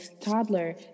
toddler